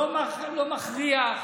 לא מכריח,